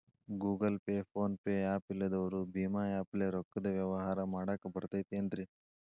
Google pay, phone pay app ಇಲ್ಲದವರು ಭೇಮಾ app ಲೇ ರೊಕ್ಕದ ವ್ಯವಹಾರ ಮಾಡಾಕ್ ಬರತೈತೇನ್ರೇ?